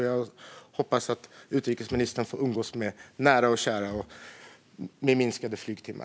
Jag hoppas att utrikesministern får umgås med nära och kära med minskade flygtimmar.